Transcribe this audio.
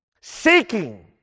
seeking